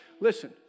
listen